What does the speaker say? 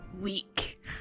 Weak